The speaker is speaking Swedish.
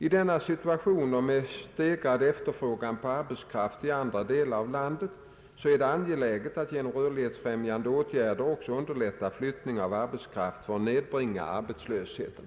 I denna situation och med stegrad efterfrågan på arbetskraft i andra delar av landet är det angeläget att genom rörlighetsfrämjande åtgärder också underlätta flyttning av arbetskraft för att nedbringa arbetslösheten.